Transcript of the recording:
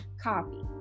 copy